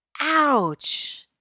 Ouch